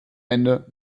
ende